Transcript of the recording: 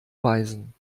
weisen